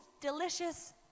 delicious